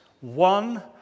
one